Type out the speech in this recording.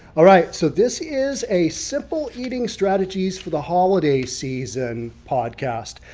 all right, so this is a simple eating strategies for the holiday season podcast.